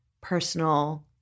personal